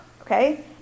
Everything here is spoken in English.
okay